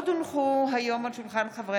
הצעת חוק איסור פרסום והפצת שמות נפגעים,